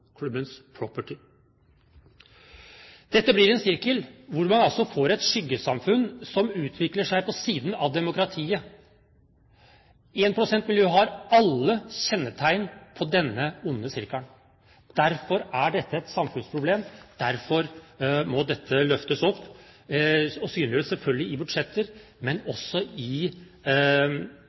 Dette blir en sirkel hvor man altså får et skyggesamfunn som utvikler seg på siden av demokratiet. Énprosentmiljøet har alle kjennetegn på denne onde sirkelen. Derfor er dette et samfunnsproblem, og derfor må dette løftes opp og synliggjøres selvfølgelig i budsjetter, men også i